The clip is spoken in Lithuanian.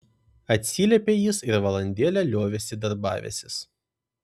atsiliepė jis ir valandėlę liovėsi darbavęsis